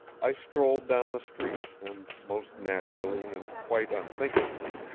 i strolled down the street and, most naturally and quite unthinkingly,